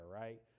right